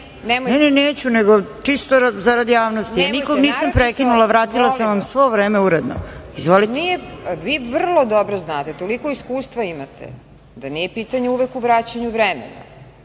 Ne, neću, nego čisto zarad javnosti. Nikom nisam prekinula, vratila sam vam sve vreme uredno. Izvolite. **Marinika Tepić** Vi vrlo dobro znate, toliko iskustva imate, da nije pitanje uvek u vraćanju vremena,